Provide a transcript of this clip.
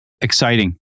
Exciting